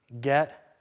get